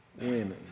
women